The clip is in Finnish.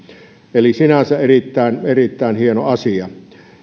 eli sinänsä erittäin erittäin hieno asia